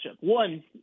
One